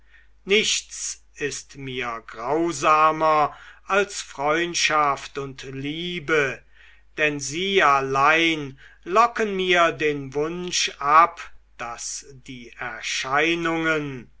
nichts ist mir grausamer als freundschaft und liebe denn sie allein locken mir den wunsch ab daß die erscheinungen